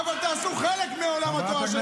אמרתי מווילנה.